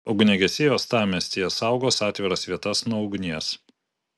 ugniagesiai uostamiestyje saugos atviras vietas nuo ugnies